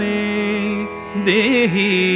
Dehi